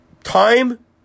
Time